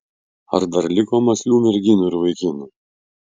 ar dar liko mąslių merginų ir vaikinų